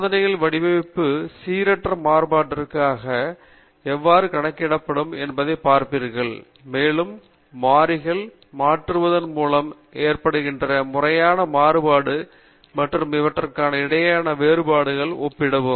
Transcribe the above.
சோதனைகளின் வடிவமைப்பு சீரற்ற மாறுபாட்டிற்காக எவ்வாறு கணக்கிடப்படும் என்பதைப் பார்ப்பீர்கள் மேலும் மாறிகள் மாற்றுவதன் மூலம் ஏற்படுகின்ற முறையான மாறுபாடு மற்றும் இவற்றுக்கு இடையேயான வேறுபாடுகளை ஒப்பிடவும்